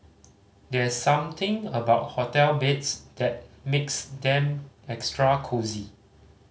there's something about hotel beds that makes them extra cosy